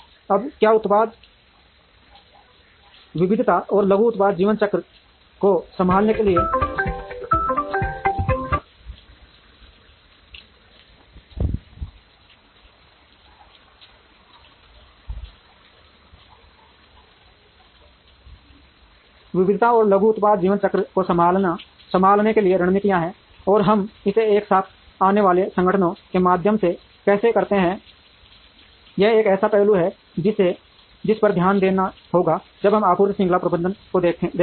अब क्या उत्पाद विविधता और लघु उत्पाद जीवन चक्र को संभालने के लिए रणनीतियाँ हैं और हम इसे एक साथ आने वाले संगठनों के माध्यम से कैसे करते हैं यह एक ऐसा पहलू है जिस पर ध्यान देना होगा जब हम आपूर्ति श्रृंखला प्रबंधन को देखते हैं